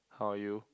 how are you